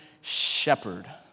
shepherd